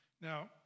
Now